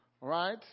Right